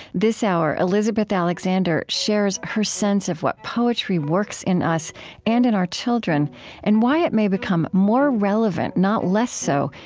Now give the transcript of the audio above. this hour, elizabeth alexander shares her sense of what poetry works in us and in our children and why it may become more relevant, not less so,